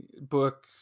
book